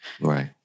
Right